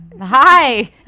Hi